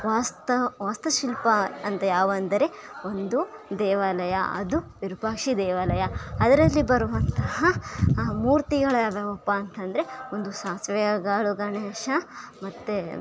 ವಾಸ್ತವ ವಾಸ್ತುಶಿಲ್ಪ ಅಂತ ಯಾವು ಅಂದರೆ ಒಂದು ದೇವಾಲಯ ಅದು ವಿರೂಪಾಕ್ಷ ದೇವಾಲಯ ಅದರಲ್ಲಿ ಬರುವಂತಹ ಆ ಮೂರ್ತಿಗಳು ಯಾವ್ಯಾವಪ್ಪ ಅಂತಂದರೆ ಒಂದು ಸಾಸಿವೆ ಕಾಳು ಗಣೇಶ ಮತ್ತು